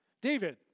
David